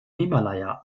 himalaya